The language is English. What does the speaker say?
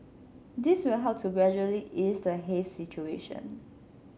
this will help to gradually ease the haze situation